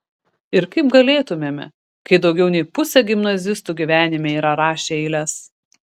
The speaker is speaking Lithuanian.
ir kaip galėtumėme kai daugiau nei pusė gimnazistų gyvenime yra rašę eiles